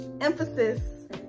emphasis